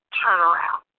turnaround